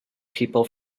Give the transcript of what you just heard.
people